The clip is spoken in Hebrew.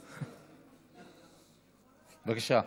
חברת הכנסת איילת נחמיאס ורבין, בבקשה.